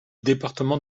département